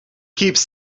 keeps